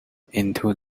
into